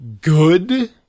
good